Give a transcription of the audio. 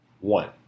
One